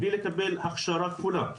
בלי לקבל הכשרה כפולה.